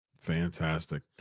Fantastic